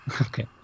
Okay